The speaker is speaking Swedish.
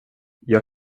jag